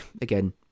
Again